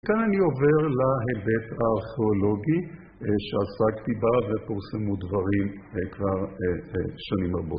כאן אני עובר להבט הארכיאולוגי שעסקתי בה ופורסמו דברים כבר שנים רבות.